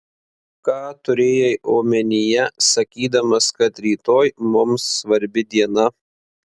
ką turėjai omenyje sakydamas kad rytoj mums svarbi diena